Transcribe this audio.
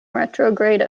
retrograde